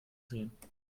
sehen